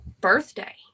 birthday